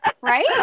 right